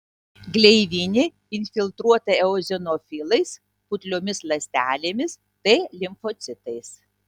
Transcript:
gleivinė infiltruota eozinofilais putliomis ląstelėmis t limfocitais